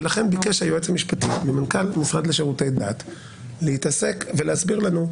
ולכן ביקש היועץ המשפטי מהמנכ"ל המשרד לשירותי דת להסביר לנו.